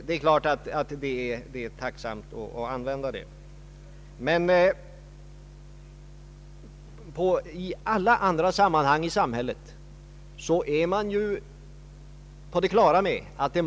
Det är klart att det är tacksamt att använda det.